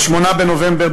ב-20 באוקטובר,